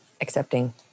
accepting